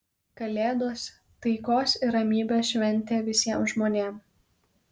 kalėdos taikos ir ramybės šventė visiem žmonėm